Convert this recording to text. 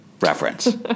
reference